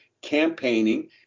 campaigning